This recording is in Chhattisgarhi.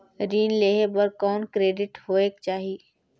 ऋण लेहे बर कौन क्रेडिट होयक चाही?